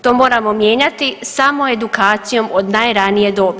To moramo mijenjati samo edukacijom od najranije dobi.